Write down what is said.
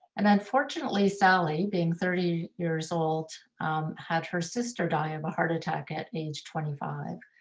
and unfortunately, sally being thirty years old had her sister die of a heart attack at age twenty five.